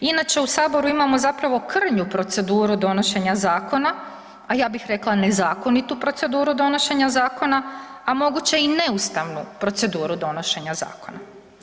Inače u Saboru imamo zapravo krnju proceduru donošenja zakona, a ja bih rekla nezakonitu proceduru donošenja zakona, a moguće i neustavnu proceduru donošenja zakona.